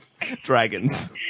Dragons